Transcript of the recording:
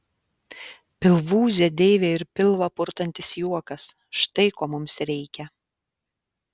pilvūzė deivė ir pilvą purtantis juokas štai ko mums reikia